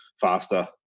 faster